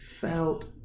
felt